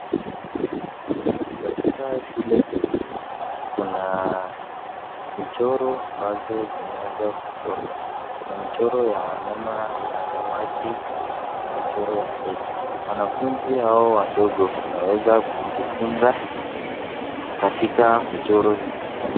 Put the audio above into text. Katika shule hii, kuna michoro ambazo zimeweza kuchorwa. Kuna michoro ya wanyama ya samaki na kuna michoro ya ndege. Wanafunzi hao wadogo wanaweza kujifunza katika michoro hizo.